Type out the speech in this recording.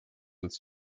its